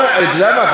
אתה יודע מה,